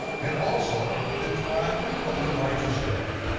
and also, the time of the righteous dead,